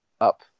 up